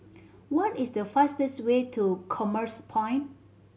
what is the fastest way to Commerce Point